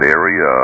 area